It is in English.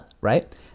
Right